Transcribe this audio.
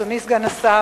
אדוני סגן השר,